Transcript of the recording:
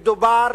אבל מדובר